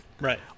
right